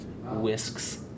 whisks